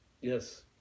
Yes